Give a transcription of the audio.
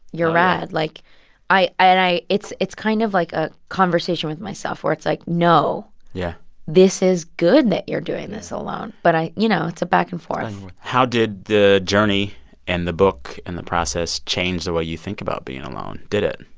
you're rad. like i i and i it's it's kind of, like, a conversation with myself where it's like, no yeah this is good that you're doing this alone. but i you know, it's a back and forth how did the journey and the book and the process change the way you think about being alone? did it?